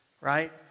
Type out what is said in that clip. right